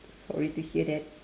sorry to hear that